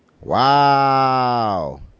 wow